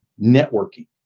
networking